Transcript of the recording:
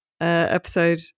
episode